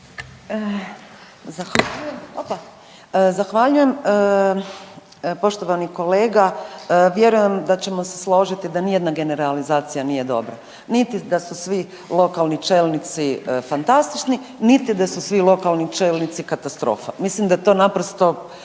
Zahvaljujem. Poštovani kolega, vjerujem da ćemo se složiti da ni jedna realizacija nije dobra niti da su svi lokalni čelnici fantastični, niti da su svi lokalni čelnici katastrofa. Mislim da to naprosto